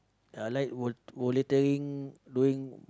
I like volu~ volunteering doing